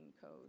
code